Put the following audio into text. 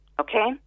Okay